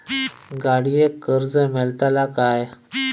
गाडयेक कर्ज मेलतला काय?